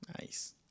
Nice